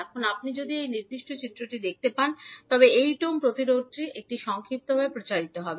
এখন আপনি যদি এই নির্দিষ্ট চিত্রটি দেখতে পান তবে 8 ওহম প্রতিরোধকটি এখন সংক্ষিপ্তভাবে প্রচারিত হবে